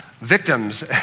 victims